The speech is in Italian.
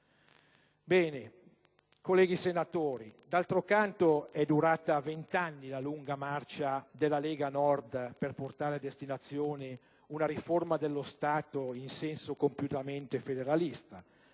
tempo. Colleghi senatori, è durata vent'anni la lunga marcia della Lega Nord per portare a destinazione una riforma dello Stato in senso compiutamente federalista: